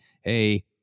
hey